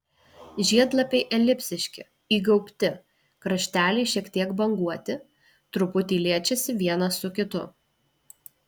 žiedlapiai elipsiški įgaubti krašteliai šiek tiek banguoti truputį liečiasi vienas su kitu